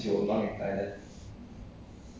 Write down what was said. um okay ya lor this [one] I don't know eh